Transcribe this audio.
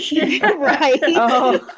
Right